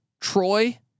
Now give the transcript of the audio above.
Troy